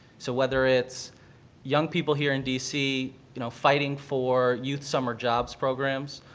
so whether it's young people here in d c, you know, fighting for youth summer jobs programs,